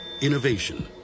innovation